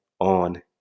on